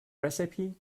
recipe